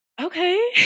Okay